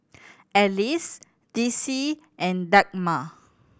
Alice Dicy and Dagmar